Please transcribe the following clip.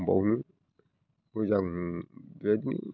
बुंबावनो मोजां बेबायदिनो